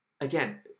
again